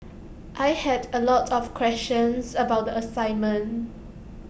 I had A lot of questions about the assignment